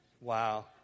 wow